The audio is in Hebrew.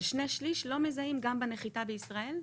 אבל שני שליש לא מזהים גם בנחיתה בישראל?